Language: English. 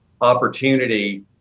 opportunity